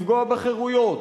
לפגוע בחירויות,